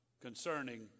concerning